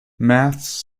maths